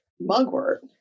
mugwort